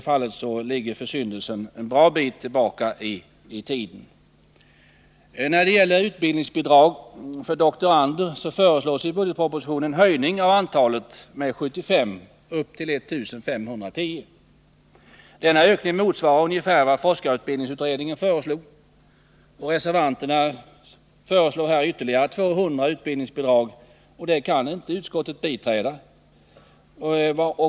När det gäller utbildningsbidrag för doktorander föreslås i budgetpropositionen en höjning av antalet med 75 upp till I 510. Denna ökning motsvarar ungefär vad forskarutbildningsutredningen föreslog. Reservanternas förslag om ytterligare 200 utbildningsbidrag kan utskottet inte biträda.